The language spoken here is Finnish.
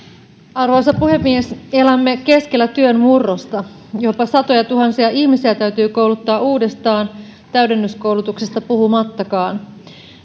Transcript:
arvoisa puhemies elämme keskellä työn murrosta jopa satojatuhansia ihmisiä täytyy kouluttaa uudestaan täydennyskoulutuksesta puhumattakaan